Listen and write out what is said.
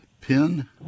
pin